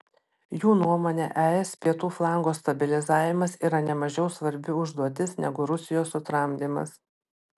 jų nuomone es pietų flango stabilizavimas yra nemažiau svarbi užduotis negu rusijos sutramdymas